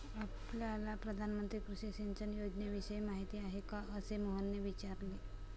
आपल्याला प्रधानमंत्री कृषी सिंचन योजनेविषयी माहिती आहे का? असे मोहनने विचारले